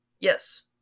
Yes